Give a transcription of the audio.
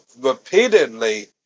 repeatedly